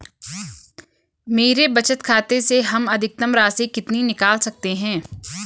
मेरे बचत खाते से हम अधिकतम राशि कितनी निकाल सकते हैं?